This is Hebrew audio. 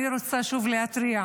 אני רוצה שוב להתריע